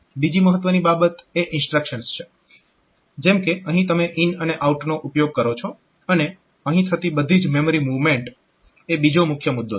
બીજી મહત્વની બાબત એ ઇન્સ્ટ્રક્શન્સ છે જેમ કે અહીં તમે IN અને OUT નો ઉપયોગ કરો છો અને અહીં થતી બધી જ મેમરી મૂવમેન્ટ એ બીજો મુખ્ય મુદ્દો છે